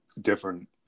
different